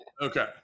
Okay